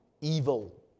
evil